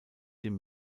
dem